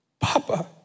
Papa